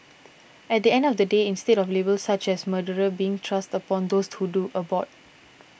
at the end of the day instead of labels such as murderer being thrust upon those who do abort